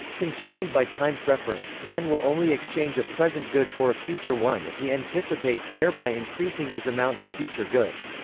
constrained by time preference, man will only exchange a present good for a future one if he anticipates thereby increasing his amount of future goods.